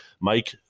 Mike